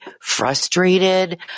frustrated